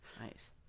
Nice